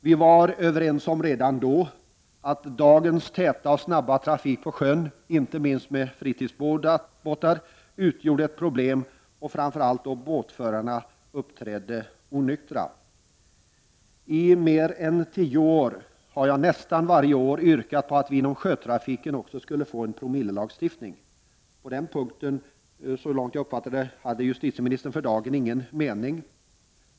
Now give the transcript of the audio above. Vi var redan då överens om att dagens täta och snabba trafik på sjön, inte minst med fritidsbåtar, utgör ett problem, framför allt då båtförarna uppträder onyktra. I mer än tio år har jag nästan varje år yrkat på att vi också inom sjötrafiken skulle få en promillelagstiftning. På den punkten hade justitieministern för dagen, såvitt jag uppfattade, ingen mening.